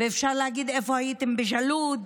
ואפשר להגיד: איפה הייתם בג'אלוד,